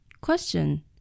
Question